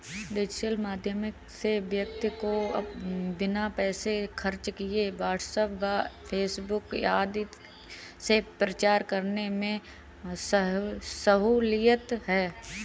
digital माध्यम से व्यक्ति को बिना पैसे खर्च किए व्हाट्सएप व फेसबुक आदि से प्रचार करने में सहूलियत है